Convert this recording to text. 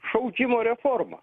šaukimo reformą